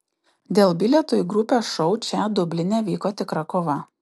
dėl bilietų į grupės šou čia dubline vyko tikra kova